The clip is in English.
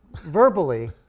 verbally